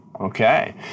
okay